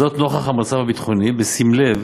זאת, נוכח המצב הביטחוני, ובשים לב